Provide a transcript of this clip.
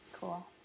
Cool